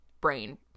brain